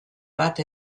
bat